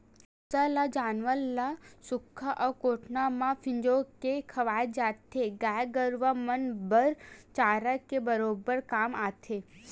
भूसा ल जानवर ल सुख्खा अउ कोटना म फिंजो के खवाय जाथे, गाय गरुवा मन बर चारा के बरोबर काम आथे